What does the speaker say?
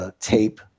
tape